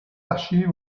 archives